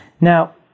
now